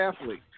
athlete